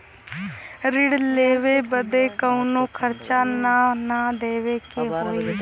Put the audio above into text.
ऋण लेवे बदे कउनो खर्चा ना न देवे के होई?